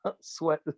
sweat